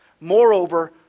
Moreover